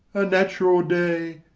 a natural day,